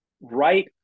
right